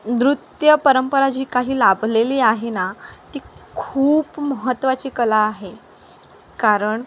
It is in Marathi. नृत्यपरंपरा जी काही लाभलेली आहे ना ती खूप महत्त्वाची कला आहे कारण